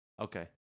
Okay